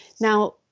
Now